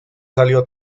salió